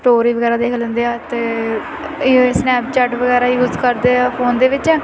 story ਵਗੈਰਾ ਦੇਖ ਲੈਂਦੇ ਆ ਅਤੇ ਈ ਸਨੈਪਚੈਟ ਵਗੈਰਾ ਯੂਜ ਕਰਦੇ ਆ ਫੋਨ ਦੇ ਵਿੱਚ